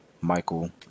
Michael